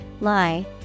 lie